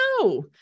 No